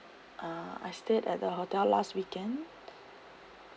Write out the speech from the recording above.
uh I stayed at the hotel last weekend